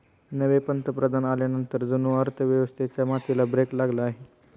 नवे पंतप्रधान आल्यानंतर जणू अर्थव्यवस्थेच्या गतीला ब्रेक लागला आहे